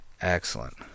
Excellent